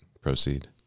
proceed